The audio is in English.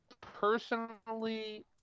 personally